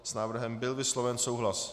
S návrhem byl vysloven souhlas.